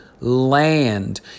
land